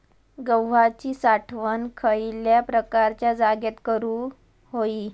गव्हाची साठवण खयल्या प्रकारच्या जागेत करू होई?